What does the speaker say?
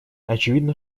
очевидно